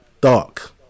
dark